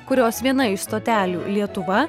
kurios viena iš stotelių lietuva